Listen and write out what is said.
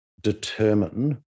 determine